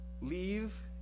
leave